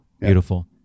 Beautiful